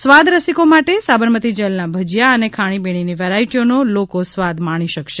સ્વાદરસીકો માટે સાબરમતી જેલના ભજીયા અને ખાણીપીણીની વેરાઈટીઓનો લોકો સ્વાદ લોકો માણી શકશે